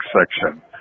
section